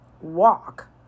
walk